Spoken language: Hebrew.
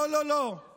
לא, לא, לא.